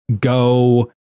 go